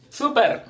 super